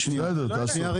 בסדר תעשי.